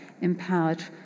empowered